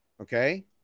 Okay